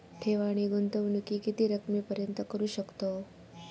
ठेव आणि गुंतवणूकी किती रकमेपर्यंत करू शकतव?